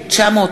הצעת